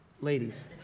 ladies